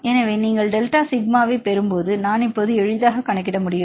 எனவே நீங்கள் டெல்டா சிக்மாவைப் பெறும்போது நான் இப்போது எளிதாகக் கணக்கிட முடியும்